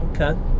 okay